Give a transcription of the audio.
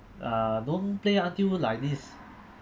uh don't play until like this